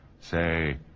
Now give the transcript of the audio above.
Say